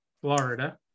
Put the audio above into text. Florida